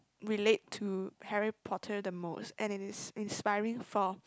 relate to Harry-Potter the most and it is inspiring for